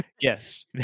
Yes